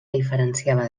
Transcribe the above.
diferenciava